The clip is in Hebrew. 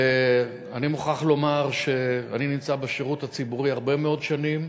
ואני מוכרח לומר שאני נמצא בשירות הציבורי הרבה מאוד שנים